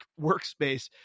workspace